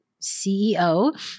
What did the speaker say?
CEO